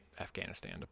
Afghanistan